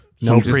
No